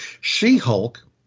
She-Hulk